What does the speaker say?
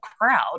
crowd